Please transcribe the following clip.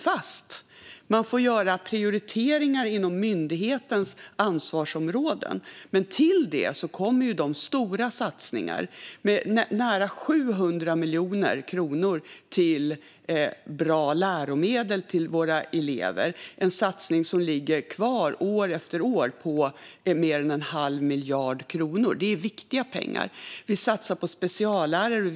Myndigheten får göra prioriteringar inom sitt ansvarsområde. Men till det kommer stora satsningar på nära 700 miljoner kronor till bra läromedel till våra elever. Det är en satsning som ligger kvar år efter år med mer än en halv miljard kronor, och det är viktiga pengar. Vi satsar även på speciallärare.